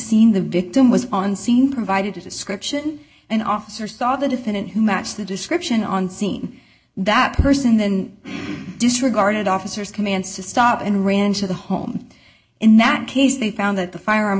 scene the victim was on scene provided a description an officer saw the defendant who matched the description on scene that person then disregarded officers commands to stop and ran to the home in that case they found that the fire